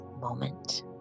moment